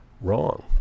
wrong